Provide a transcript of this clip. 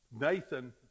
Nathan